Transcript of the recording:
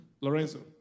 Lorenzo